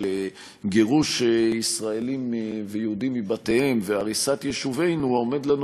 של גירוש ישראלים ויהודים מבתיהם והריסת יישובינו עומד לנו